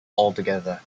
altogether